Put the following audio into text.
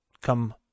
come